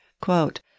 quote